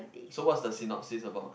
so what's the synopsis about